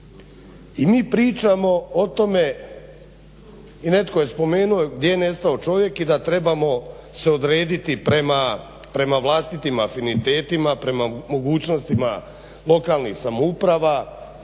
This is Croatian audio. I mi pričamo o tome i netko je spomenuo gdje je nestao čovjek i da trebamo se odrediti prema vlastitim afinitetima, prema mogućnostima lokalnih samouprava,